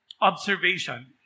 observation